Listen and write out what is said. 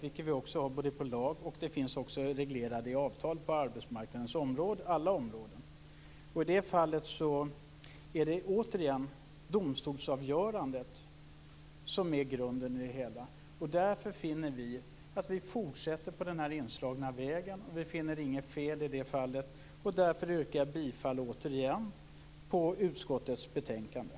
Det finns både i lag och reglerat i avtal på arbetsmarknadens alla områden. I det fallet är det återigen domstolsavgörandet som är grunden i det hela. Därför fortsätter vi på den inslagna vägen. Vi finner inget fel i det fallet, och därför yrkar jag återigen bifall till utskottets hemställan i betänkandet.